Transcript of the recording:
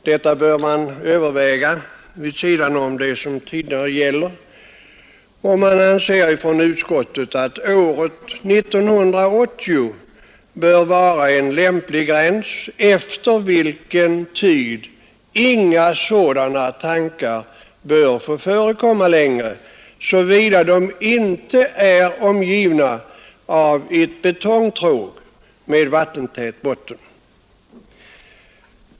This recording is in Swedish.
Detta bör man överväga vid sidan om det som tidigare gäller, och utskottet anser att året 1980 bör vara en lämplig gräns. Efter den tidpunkten bör inga sådana tankar få förekomma, såvida de inte är omgivna av ett betongtråg med vattentät botten.